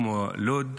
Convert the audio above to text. כמו לוד,